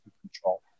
control